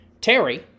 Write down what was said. Terry